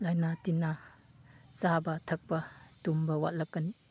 ꯂꯥꯏꯅꯥ ꯇꯤꯟꯅꯥ ꯆꯥꯕ ꯊꯛꯄ ꯇꯨꯝꯕ ꯋꯥꯠꯂꯛꯀꯅꯤ